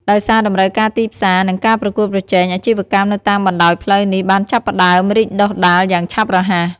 ដោយសារតម្រូវការទីផ្សារ និងការប្រកួតប្រជែង អាជីវកម្មនៅតាមបណ្ដោយផ្លូវនេះបានចាប់ផ្ដើម រីកដុះដាលយ៉ាងឆាប់រហ័ស។